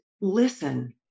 listen